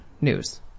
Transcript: news